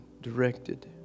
directed